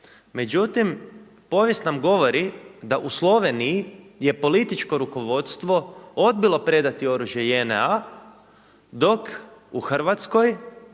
Međutim, povijest nam govori da u Sloveniji je političko rukovodstvo odbilo predati oružje JNA, dok u Hrvatskoj